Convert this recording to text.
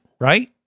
right